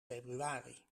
februari